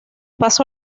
pasó